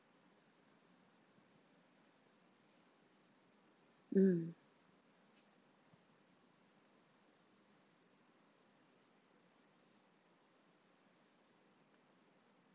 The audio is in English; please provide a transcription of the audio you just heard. mm